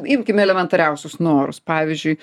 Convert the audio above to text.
imkim elementariausius norus pavyzdžiui